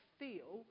feel